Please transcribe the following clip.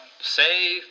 say